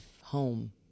home